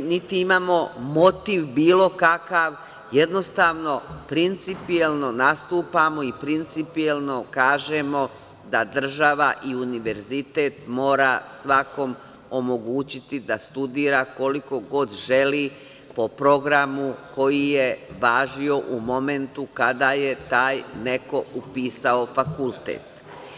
niti imamo motiv bilo kakav, jednostavno principijelno nastupamo i principijelno kažemo da država i univerzitet mora svakom omogućiti da studira koliko god želi, po programu koji je važio u momentu kada je taj neko upisao fakultet.